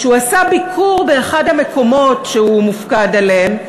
שהוא עשה ביקור באחד המקומות שהוא מופקד עליהם,